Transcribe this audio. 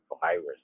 virus